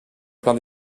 plein